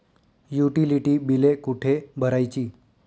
Utility बिले कुठे भरायची?